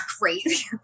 crazy